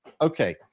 Okay